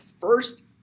first